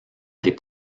des